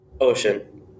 Ocean